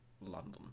London